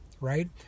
Right